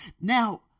Now